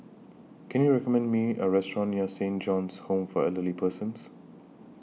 Can YOU recommend Me A Restaurant near Saint John's Home For Elderly Persons